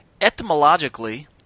Etymologically